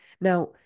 Now